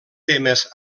temes